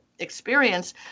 experience